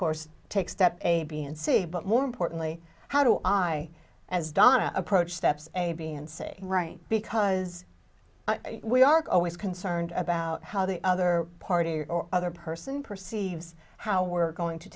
course take steps a b and c but more importantly how do i as donna approach steps a b and c right because we are always concerned about how the other party or other person perceives how we're going to